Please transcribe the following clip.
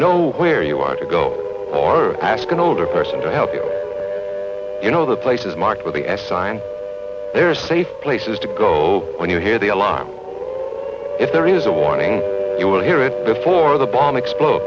know where you are to go or ask an older person to help you know the places marked with a s i and there are safe places to go when you hear the alarm if there is a warning you will hear it before the bomb explode